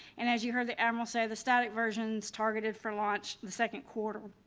and as you heard the admiral say the static versions targeted for launch the second quarter,